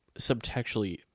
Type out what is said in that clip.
subtextually